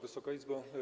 Wysoka Izbo!